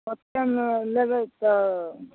ओतेमे लेबै तऽ